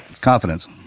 confidence